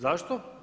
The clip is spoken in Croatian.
Zašto?